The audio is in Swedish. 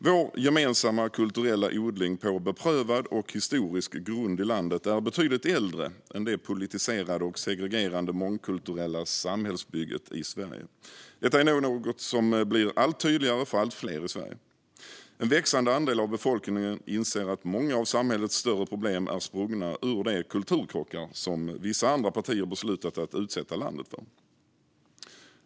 Vår gemensamma kulturella odling på beprövad och historisk grund i landet är betydligt äldre än det politiserade och segregerande mångkulturella samhällsbygget i Sverige. Detta är något som blir allt tydligare för allt fler i Sverige. En växande andel av befolkningen inser att många av samhällets större problem är sprungna ur de kulturkrockar som vissa andra partier beslutat att utsätta landet för.